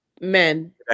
men